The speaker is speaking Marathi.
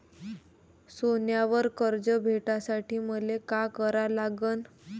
सोन्यावर कर्ज भेटासाठी मले का करा लागन?